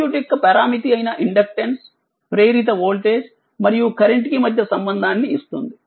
circuit యొక్క పరామితి అయిన ఇండక్టెన్స్ ప్రేరిత వోల్టేజ్ మరియు కరెంట్ కి మధ్య సంబంధాన్ని ఇస్తుంది